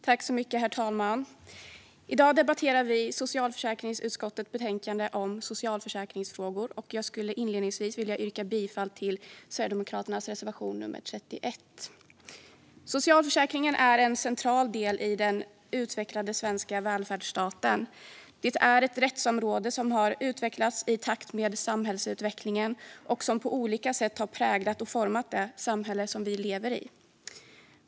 Herr talman! I dag debatterar vi socialförsäkringsutskottets betänkande om socialförsäkringsfrågor, och jag yrkar inledningsvis bifall till Sverigedemokraternas reservation nummer 31. Socialförsäkringen är en central del i den utvecklade svenska välfärdsstaten. Det är ett rättsområde som har utvecklats i takt med samhällsutvecklingen och som på olika sätt har präglat och format det samhälle vi lever i.